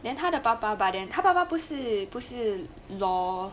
then 他的爸爸 but then 他爸爸不是不是 law